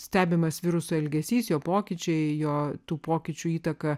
stebimas viruso elgesys jo pokyčiai jo tų pokyčių įtaka